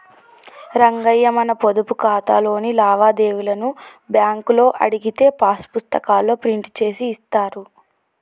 రంగయ్య మన పొదుపు ఖాతాలోని లావాదేవీలను బ్యాంకులో అడిగితే పాస్ పుస్తకాల్లో ప్రింట్ చేసి ఇస్తారు